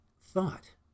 thought